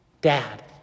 dad